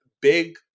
big